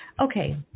Okay